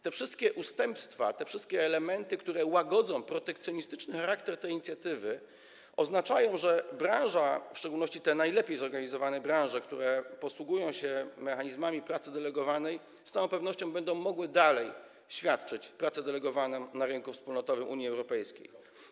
Te wszystkie ustępstwa, te wszystkie elementy, które łagodzą protekcjonistyczny charakter tej inicjatywy, oznaczają, że branże, w szczególności te najlepiej zorganizowane branże, które posługują się mechanizmami pracy delegowanej, z całą pewnością będą mogły dalej świadczyć pracę delegowaną na rynku wspólnotowym Unii Europejskiej.